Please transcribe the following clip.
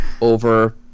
over